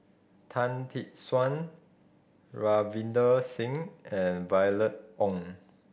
Tan Tee Suan Ravinder Singh and Violet Oon